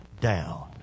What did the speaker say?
down